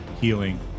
healing